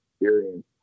experience